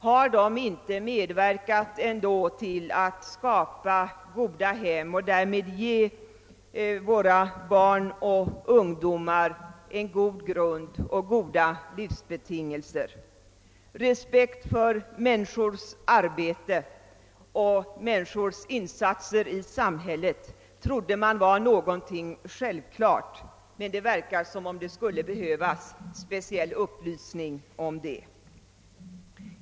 Har de ändå inte medverkat till att skapa goda hem och därmed ge våra barn och ungdomar en god grund att bygga på och goda livsbetingelser? Respekt för människors arbete och människors insatser i samhället trodde man var någonting självklart, men det verkar som om det skulle behövas speciell upplysning om det.